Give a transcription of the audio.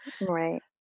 Right